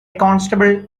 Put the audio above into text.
constable